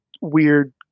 weird